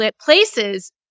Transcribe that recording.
places